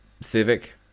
Civic